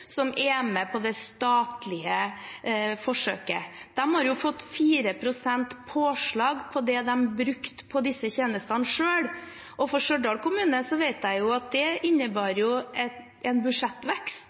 som er med på det statlige forsøket. De har fått 4 pst. påslag på det de selv brukte på disse tjenestene. For Stjørdal kommune vet jeg at det